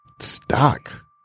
Stock